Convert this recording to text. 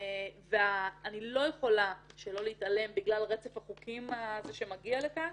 אני לא יכולה שלא להתעלם בגלל רצף החוקים שמגיע לכאן,